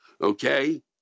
Okay